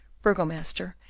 burgomaster,